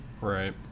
Right